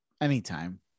anytime